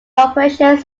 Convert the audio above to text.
operations